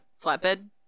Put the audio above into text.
flatbed